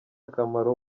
akamaro